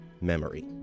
memory